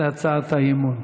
להצעת האי-אמון.